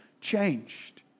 changed